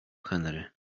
henry